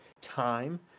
time